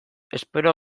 espero